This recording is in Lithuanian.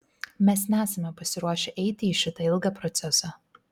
mes nesame pasiruošę eiti į šitą ilgą procesą